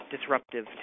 disruptive